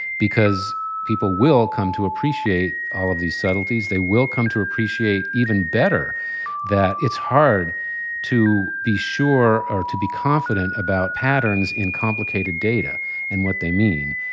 because people will come to appreciate all of these subtleties, they will come to appreciate even better that it's hard to be sure or to be confident about patterns in complicated data and what they mean.